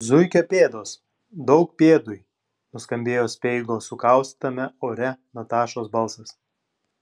zuikio pėdos daug pėdui nuskambėjo speigo su kaustytame ore natašos balsas